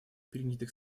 принятых